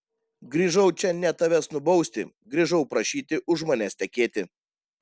grįžau čia ne tavęs nubausti grįžau prašyti už manęs tekėti